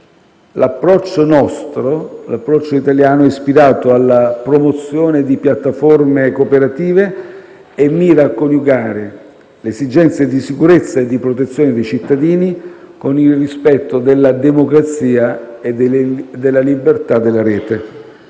Rispetto ad essi, l'approccio italiano è ispirato alla promozione di piattaforme cooperative e mira a coniugare le esigenze di sicurezza e di protezione dei cittadini con il rispetto della democrazia e della libertà della rete.